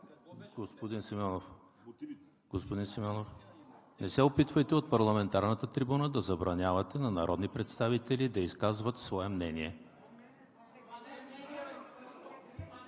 Георги Свиленски.) Не се опитвайте от парламентарната трибуна да забранявате на народни представители да изказват свое мнение.